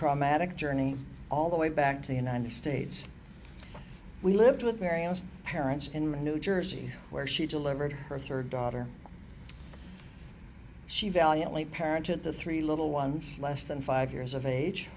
traumatic journey all the way back to the united states we lived with marian's parents in new jersey where she delivered her third daughter she valiantly parent at the three little ones less than five years of age